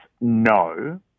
no